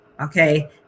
okay